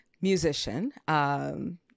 musician